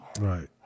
right